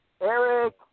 Eric